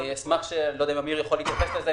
אני לא יודע אם אמיר יכול להתייחס לזה.